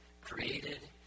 created